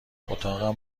اتاقم